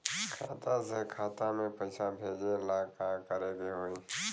खाता से खाता मे पैसा भेजे ला का करे के होई?